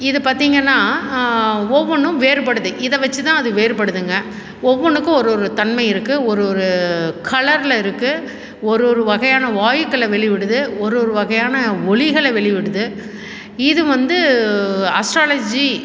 இது பார்த்திங்கன்னா ஒவ்வொன்றும் வேறுபடுது இதை வச்சு தான் அது வேறுபடுதுங்க ஒவ்வொன்றுக்கும் ஒரு ஒரு தன்மை இருக்குது ஒரு ஒரு கலரில் இருக்குது ஒரு ஒரு வகையான வாயுக்களை வெளிவிடுது ஒரு ஒரு வகையான ஒளிகள் வெளிவிடுது இது வந்து அஸ்ட்ராலஜி